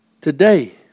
today